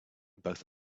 both